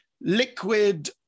liquid